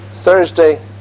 Thursday